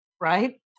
Right